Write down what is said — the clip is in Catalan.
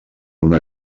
una